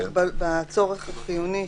בצורך החיוני,